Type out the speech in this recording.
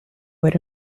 what